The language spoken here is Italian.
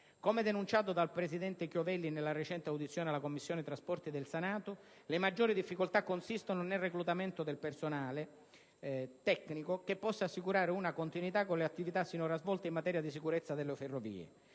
l'ingegner Alberto Chiovelli, nella recente audizione alla 8a Commissione del Senato, le maggiori difficoltà consistono nel reclutamento del personale tecnico che possa assicurare una continuità con le attività sinora svolte in materia di sicurezza dalle ferrovie.